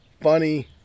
funny